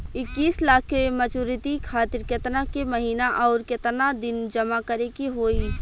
इक्कीस लाख के मचुरिती खातिर केतना के महीना आउरकेतना दिन जमा करे के होई?